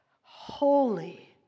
holy